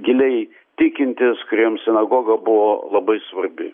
giliai tikintys kuriems sinagoga buvo labai svarbi